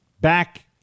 back